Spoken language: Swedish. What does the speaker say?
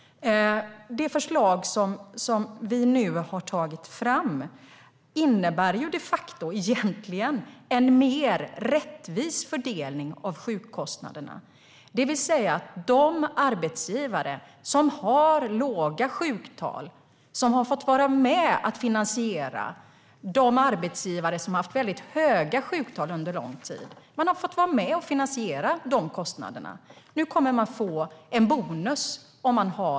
Det förslag som vi nu har tagit fram innebär de facto en mer rättvis fördelning av sjukkostnaderna. De arbetsgivare som har låga sjuktal och som har fått vara med och finansiera kostnaderna för de arbetsgivare som haft väldigt höga sjuktal under lång tid kommer nu att få en bonus.